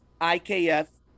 IKF